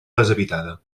deshabitada